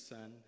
Son